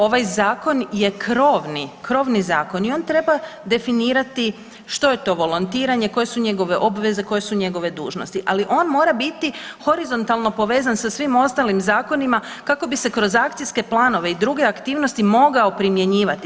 Ovaj zakon je krovni, krovni zakon i on treba definirati što je to volontiranje, koje su njegove obveze, koje su njegove dužnosti, ali on mora biti horizontalno povezan sa svim ostalim zakonima kako bi se kroz akcijske planove i druge aktivnosti mogao primjenjivati.